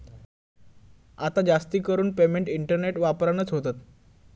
आता जास्तीकरून payment internet वापरानच होतत